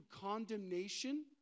condemnation